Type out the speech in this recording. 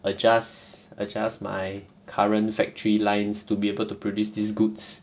adjust adjust my current factory lines to be able to produce these goods